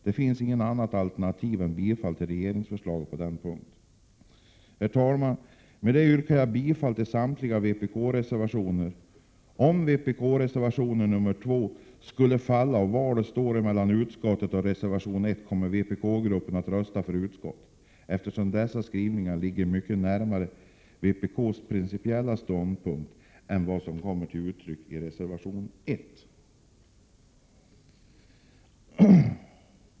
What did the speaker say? Det finns inget annat alternativ än bifall till regeringsförslaget på denna punkt. Herr talman! Med detta yrkar jag bifall till samtliga vpk-reservationer. Om vpk:s reservation 2 skulle falla och valet stå mellan utskottet och reservation I kommer vpk-gruppen att rösta för utskottets hemställan, eftersom utskottets skrivning ligger mycket närmare vpk:s principiella ståndpunkter än den uppfattning som kommer till uttryck i reservation 1.